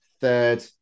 third